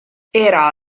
era